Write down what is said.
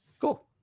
Cool